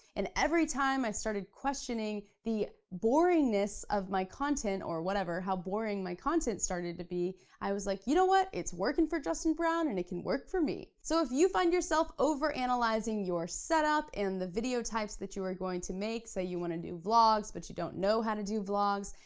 and every time i started questioning the boringness of my content or whatever, how boring my content started to be, i was like, you know what? it's working for justin brown and it can work for me. so if you find yourself over-analyzing your setup and the video types that you are going to make, so you wanna do vlogs, but you don't know how to do vlogs,